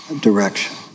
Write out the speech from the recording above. direction